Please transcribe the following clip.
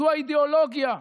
זו האידיאולוגיה,